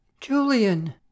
Julian